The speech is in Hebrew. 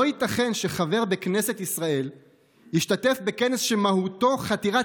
לא ייתכן שחבר בכנסת ישראל ישתתף בכנס שמהותו חתירה